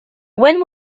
when